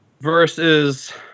versus